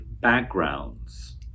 backgrounds